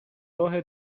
راه